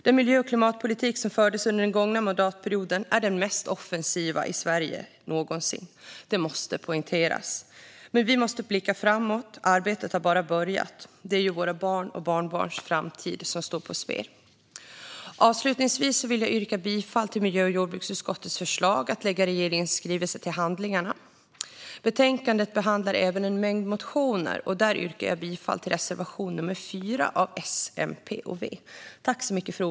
Den miljö och klimatpolitik som fördes under den gångna mandatperioden är den mest offensiva någonsin i Sverige - det måste poängteras. Men vi måste blicka framåt; arbetet har bara börjat. Det är våra barns och barnbarns framtid som står på spel. Avslutningsvis vill jag yrka bifall till miljö och jordbruksutskottets förslag att lägga regeringens skrivelse till handlingarna. Betänkandet behandlar även en mängd motioner, och där yrkar jag bifall till reservation nr 4 av S, MP och V.